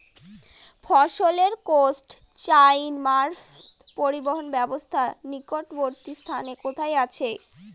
ফসলের cold chain মারফত পরিবহনের ব্যাবস্থা নিকটবর্তী স্থানে কোথায় আছে?